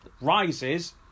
rises